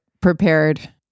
prepared